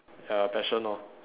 ya passion lor